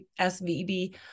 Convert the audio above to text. Svb